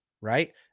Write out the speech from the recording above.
right